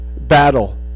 battle